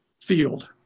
field